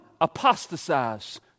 apostatized